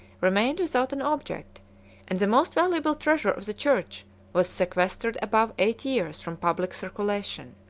remained without an object and the most valuable treasure of the church was sequestered above eight years from public circulation.